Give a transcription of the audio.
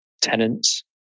tenants